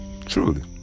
Truly